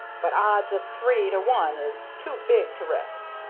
but odds of three to one is too big to risk.